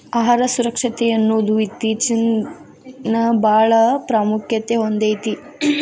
ಆಹಾರ ಸುರಕ್ಷತೆಯನ್ನುದು ಇತ್ತೇಚಿನಬಾಳ ಪ್ರಾಮುಖ್ಯತೆ ಹೊಂದೈತಿ